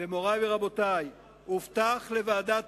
והובטח לוועדת